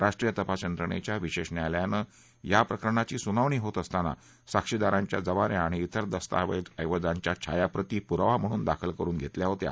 राष्ट्रीय तपास यंत्रणेच्या विशेष न्यायालयाने या प्रकरणाची सुनावणी होत असताना साक्षीदारांच्या जबान्या आणि त्रिर दस्ताऐवजांच्या छायाप्रती पुरावा म्हणून दाखल करुन घेतल्या होत्या